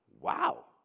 Wow